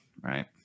right